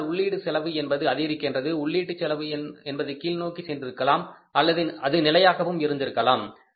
ஏனென்றால் உள்ளீட்டு செலவு என்பது அதிகரிக்கின்றது உள்ளீட்டு செலவு என்பது கீழ் நோக்கி சென்றிருக்கலாம் மற்றும் அது நிலையாகவும் இருந்திருக்கலாம்